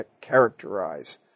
characterize